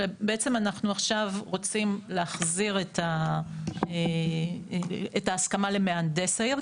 ובעצם אנחנו עכשיו רוצים להחזיר את ההסכמה למהנדס העיר,